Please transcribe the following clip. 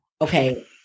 Okay